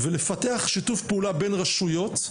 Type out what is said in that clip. ולפתח שיתוף פעולה בין רשויות,